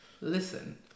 listen